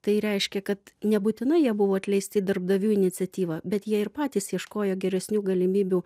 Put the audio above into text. tai reiškia kad nebūtinai jie buvo atleisti darbdavių iniciatyva bet jie ir patys ieškojo geresnių galimybių